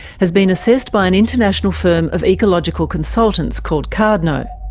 has been assessed by an international firm of ecological consultants called cardno.